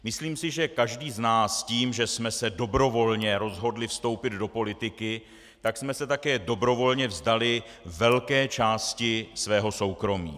Myslím si, že každý z nás tím, že jsme se dobrovolně rozhodli vstoupit do politiky, tak jsme se také dobrovolně vzdali velké části svého soukromí.